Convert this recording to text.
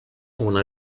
una